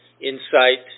insight